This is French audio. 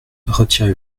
retirez